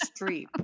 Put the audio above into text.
Streep